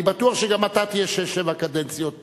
אני בטוח שגם אתה תהיה שש-שבע קדנציות פה.